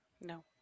no